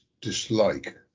dislike